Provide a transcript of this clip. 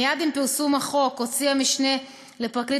מייד עם פרסום החוק הוציא המשנה לפרקליט